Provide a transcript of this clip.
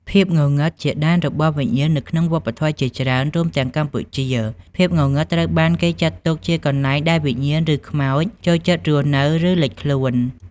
ភាពងងឹតជាដែនរបស់វិញ្ញាណ នៅក្នុងវប្បធម៌ជាច្រើន រួមទាំងកម្ពុជា ភាពងងឹតត្រូវបានគេចាត់ទុកជាកន្លែងដែលវិញ្ញាណ ឬខ្មោចចូលចិត្តរស់នៅ ឬលេចខ្លួន ។